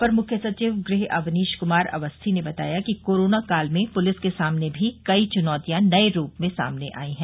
अपर मुख्य सचिव गृह अवनीश कुमार अवस्थी ने बताया कि कोरोना काल में पुलिस के सामने भी कई चुनौतियां नये रूप में सामने आई हैं